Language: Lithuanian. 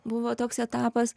buvo toks etapas